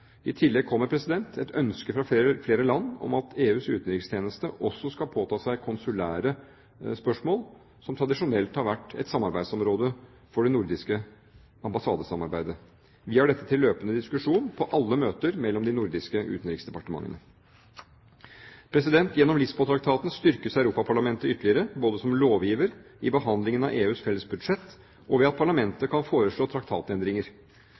I tillegg kommer et ønske fra flere land om at EUs utenrikstjeneste også skal påta seg konsulære spørsmål, noe som tradisjonelt har vært et samarbeidsområde for det nordiske ambassadesamarbeidet. Vi har dette til løpende diskusjon på alle møter mellom de nordiske utenriksdepartementene. Gjennom Lisboa-traktaten styrkes Europaparlamentet ytterligere, både som lovgiver, i behandlingen av EUs felles budsjett og ved at parlamentet kan foreslå traktatendringer.